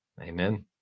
Amen